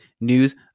news